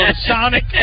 Sonic